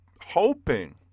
hoping